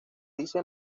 dice